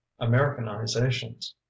americanizations